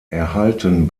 erhalten